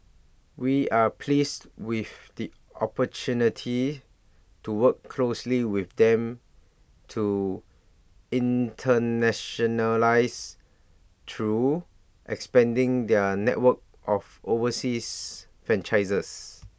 we are pleased with the opportunity to work closely with them to internationalise through expanding their network of overseas franchisees